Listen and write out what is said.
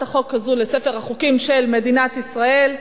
החוק הזאת לספר החוקים של מדינת ישראל,